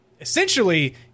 essentially